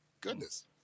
Goodness